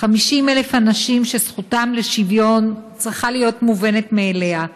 50,000 אנשים שזכותם לשוויון צריכה להיות מובנת מאליה,